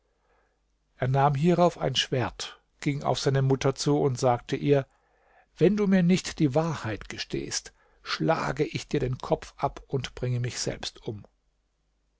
er nahm hierauf ein schwert ging auf seine mutter zu und sagte ihr wenn du mir nicht die wahrheit gestehst schlage ich dir den kopf ab und bringe mich selbst um